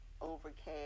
Overcast